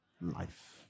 Life